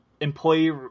employee